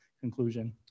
conclusion